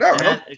no